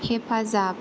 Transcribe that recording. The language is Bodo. हेफाजाब